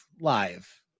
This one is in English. live